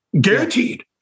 guaranteed